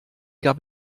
gab